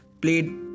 played